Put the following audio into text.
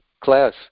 class